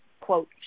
quote